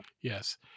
yes